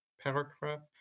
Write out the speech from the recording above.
paragraph